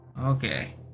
Okay